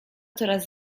coraz